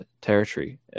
territory